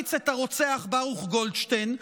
להעריץ את הרוצח ברוך גולדשטיין,